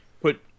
put